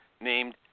named